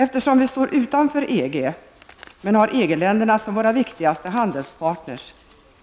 Eftersom vi står utanför EG men har EG-länderna som våra viktigaste handelspartner